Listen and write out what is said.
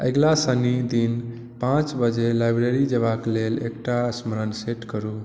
अगिला शनि दिन पाँच बजे लाइब्रेरी जयबाक लेल एकटा स्मरण सेट करू